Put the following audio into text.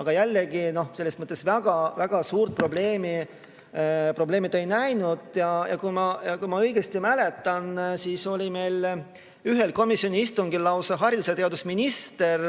aga jällegi, ta selles väga suurt probleemi ei näinud. Kui ma õigesti mäletan, siis oli meil ühel komisjoni istungil kohal lausa haridus- ja teadusminister,